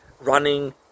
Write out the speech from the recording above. running